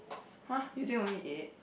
[huh] is there only eight